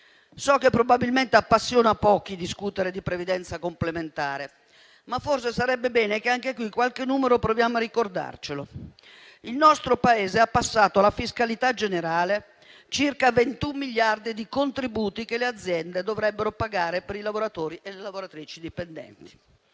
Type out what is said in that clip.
So che probabilmente appassiona pochi discutere di previdenza complementare, ma forse sarebbe bene che anche qui qualche numero provassimo a ricordarcelo. Il nostro Paese ha passato alla fiscalità generale circa 21 miliardi di contributi che le aziende dovrebbero pagare per i lavoratori e le lavoratrici dipendenti.